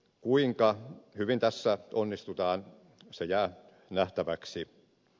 kuinka hyvin tässä onnistutaan se jää nähtäväksi